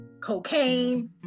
cocaine